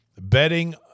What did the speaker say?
betting